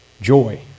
joy